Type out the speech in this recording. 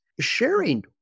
sharing